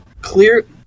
clear